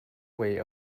way